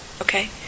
Okay